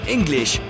English